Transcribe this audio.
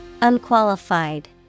Unqualified